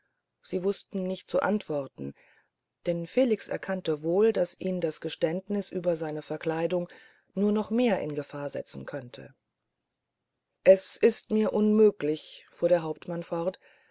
sie wußten nicht zu antworten denn felix erkannte wohl daß ihn das geständnis über seine verkleidung nur noch mehr in gefahr setzen könnte es ist mir unmöglich fuhr der hauptmann fort